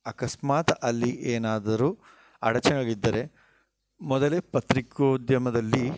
ಅಕಸ್ಮಾತು ಅಲ್ಲಿ ಏನಾದರೂ ಅಡಚಣೆ ಇದ್ದರೆ ಮೊದಲೇ ಪತ್ರಿಕೋದ್ಯಮದಲ್ಲಿ